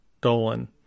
Dolan